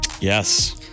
Yes